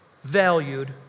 valued